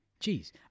jeez